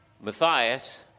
Matthias